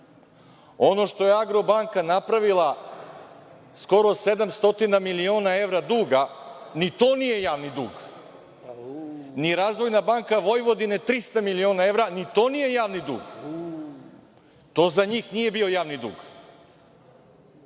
ono što je „Agrobanka“ napravila skoro 700 miliona evra duga, ni to nije javni dug, ni Razvojna banka Vojvodine 300 miliona evra, ni to nije javni dug, to za njih nije bio javni dug.